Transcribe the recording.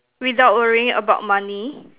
without worrying about money